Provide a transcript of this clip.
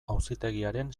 auzitegiaren